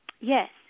Yes